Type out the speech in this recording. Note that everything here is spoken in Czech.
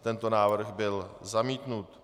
Tento návrh byl zamítnut.